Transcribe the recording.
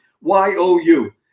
Y-O-U